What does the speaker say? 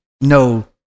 no